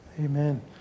Amen